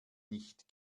nicht